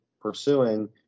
pursuing